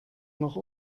noch